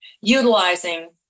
utilizing